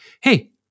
Hey